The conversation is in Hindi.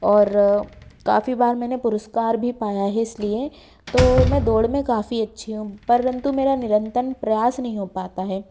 और काफ़ी बार मैंने पुरुस्कार भी पाया है इसलिए तो मैं दौड़ में काफ़ी अच्छी हूँ परंतु मेरा निरंतन प्रयास नहीं हो पाता है